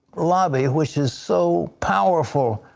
lobby which is so powerful.